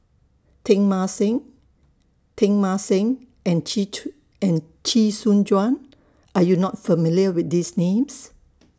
Teng Mah Seng Teng Mah Seng and Chee and Chee Soon Juan Are YOU not familiar with These Names